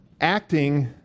acting